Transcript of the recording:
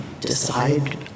decide